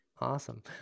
Awesome